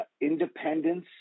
Independence